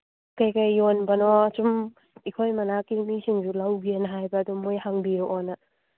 ꯀꯔꯤ ꯀꯔꯤ ꯌꯣꯟꯕꯅꯣ ꯁꯨꯝ ꯑꯩꯈꯣꯏ ꯃꯅꯥꯛꯀꯤ ꯃꯤꯁꯤꯡꯁꯨ ꯂꯧꯒꯦꯅ ꯍꯥꯏꯕ ꯑꯗꯨ ꯃꯈꯣꯏꯅ ꯍꯪꯕꯤꯔꯛꯑꯣꯅ